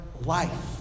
life